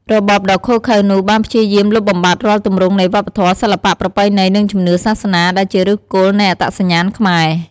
របបដ៏ឃោរឃៅនោះបានព្យាយាមលុបបំបាត់រាល់ទម្រង់នៃវប្បធម៌ សិល្បៈ ប្រពៃណី និងជំនឿសាសនា ដែលជាឫសគល់នៃអត្តសញ្ញាណខ្មែរ។